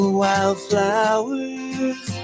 wildflowers